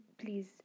please